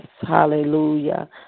Hallelujah